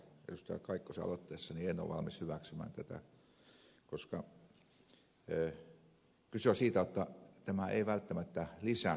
kaikkosen aloitteessa en ole valmis hyväksymään tätä koska kyse on siitä jotta tämä ei välttämättä lisää demokratiaa